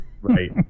Right